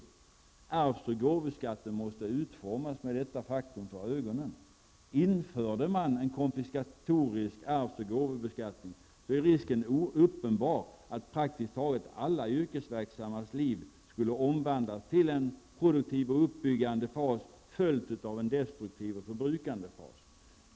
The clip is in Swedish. När arvs och gåvoskatten utformas måste man ha detta faktum för ögonen. Om en konfiskatorisk arvs och gåvobeskattning infördes, skulle risken vara uppenbar att praktiskt taget alla yrkesverksammas liv omvandlades till en produktiv och uppbyggande fas följd av en destruktiv och förbrukande fas.